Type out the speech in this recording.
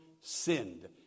sinned